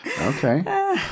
Okay